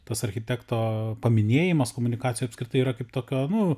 tas architekto paminėjimas komunikacija apskritai yra kaip tokio nu